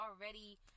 already